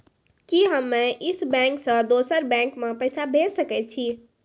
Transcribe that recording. कि हम्मे इस बैंक सें दोसर बैंक मे पैसा भेज सकै छी?